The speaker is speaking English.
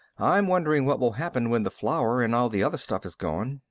i'm wondering what will happen when the flour and all the other stuff is gone.